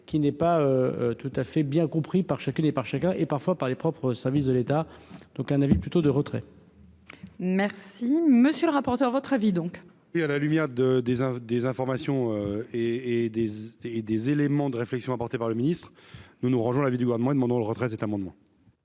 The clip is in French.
qui n'est pas tout à fait bien compris par chacune et par chacun et parfois par les propres services de l'État, donc un avis plutôt de retrait. Merci, monsieur le rapporteur, votre avis donc. Oui, à la lumière de des des informations et et des et des éléments de réflexion, porté par le ministre, nous nous rangeons l'avis du Gouvernement demandant le retrait de cet amendement.